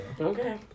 okay